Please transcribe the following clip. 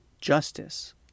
justice